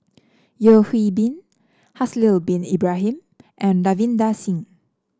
Yeo Hwee Bin Haslir Bin Ibrahim and Ravinder Singh